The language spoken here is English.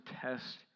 test